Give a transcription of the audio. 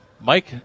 Mike